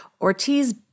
Ortiz